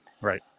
Right